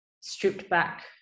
stripped-back